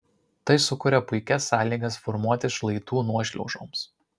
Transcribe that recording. tai sukuria puikias sąlygas formuotis šlaitų nuošliaužoms